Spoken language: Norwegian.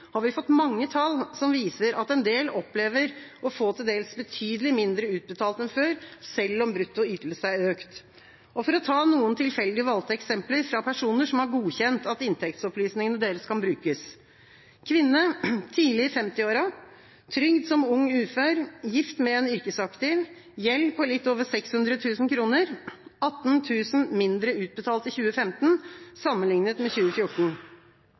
har vi fått mange tall som viser at en del opplever å få til dels betydelig mindre utbetalt enn før, selv om brutto ytelse er økt. La meg ta noen tilfeldig valgte eksempler fra personer som har godkjent at inntektsopplysningene deres kan brukes: kvinne, tidlig i 50-åra, trygd som ung ufør, gift med en yrkesaktiv, gjeld på litt over 600 000 kr, 18 000 kr mindre utbetalt i 2015 sammenlignet med 2014.